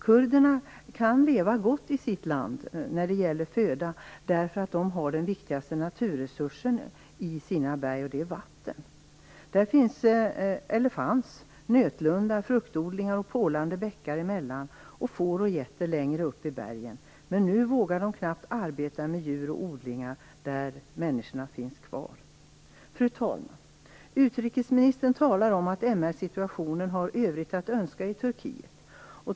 Kurderna kan leva gott i sitt land när det gäller föda, därför att de har den viktigaste naturresursen i sina berg. Det är vatten. Där fanns nötlundar, fruktodlingar, porlande bäckar och får och getter längre upp i bergen. Men nu vågar de knappt arbeta med djur och odlingar där människorna finns kvar. Fru talman! Utrikesministern talar om att det finns övrigt att önska vad gäller MR-situationen i Turkiet.